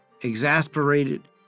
exasperated